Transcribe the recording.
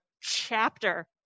chapter